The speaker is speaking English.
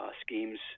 schemes